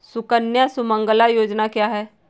सुकन्या सुमंगला योजना क्या है?